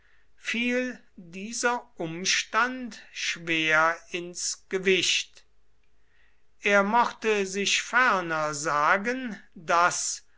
fiel dieser umstand schwer ins gewicht er mochte sich ferner sagen daß